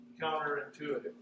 counterintuitive